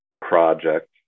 project